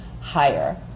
higher